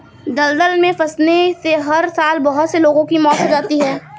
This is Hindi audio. दलदल में फंसने से हर साल बहुत से लोगों की मौत हो जाती है